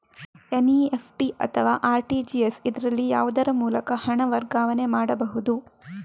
NEFT ಅಥವಾ RTGS, ಇದರಲ್ಲಿ ಯಾವುದರ ಮೂಲಕ ಹಣ ವರ್ಗಾವಣೆ ಮಾಡಬಹುದು?